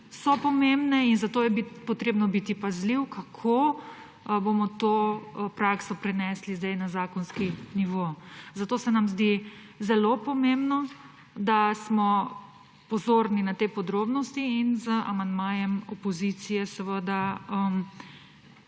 so pomembne, zato je treba biti pazljiv, kako bomo to prakso zdaj prenesli na zakonski nivo. Zato se nam zdi zelo pomembno, da smo pozorni na te podrobnosti. Z amandmajem opozicije v